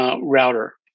router